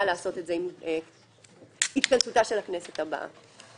לעשות את זה עם התכנסותה של הכנסת הבאה.